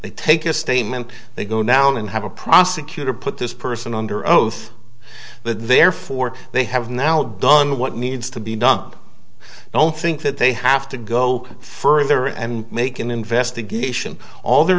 they take a statement they go down and have a prosecutor put this person under oath therefore they have now done what needs to be done i don't think that they have to go further and make an investigation all the